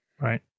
Right